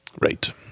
Right